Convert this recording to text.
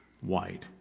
white